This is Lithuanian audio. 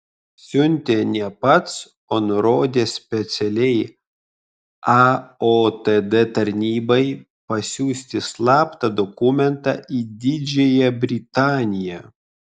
siuntė ne pats o nurodė specialiai aotd tarnybai pasiųsti slaptą dokumentą į didžiąją britaniją